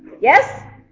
Yes